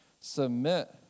submit